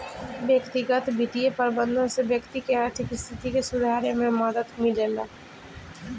व्यक्तिगत बित्तीय प्रबंधन से व्यक्ति के आर्थिक स्थिति के सुधारे में मदद मिलेला